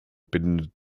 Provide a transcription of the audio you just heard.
bindet